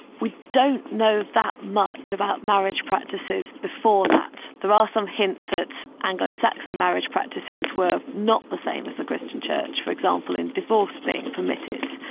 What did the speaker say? we don't know that much about marriage practices before that. there are ah some hints that anglo-saxon marriage practices were not the same as the christian church for example, in divorce being permitted.